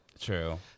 True